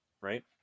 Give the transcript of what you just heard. right